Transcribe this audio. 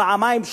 פעמיים,